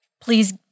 please